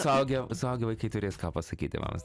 suaugę suaugę vaikai turės ką pasakyt tėvams